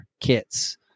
kits